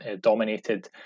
dominated